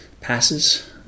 passes